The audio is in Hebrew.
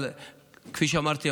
אבל כפי שאמרתי,